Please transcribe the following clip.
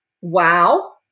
Wow